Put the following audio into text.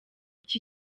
iki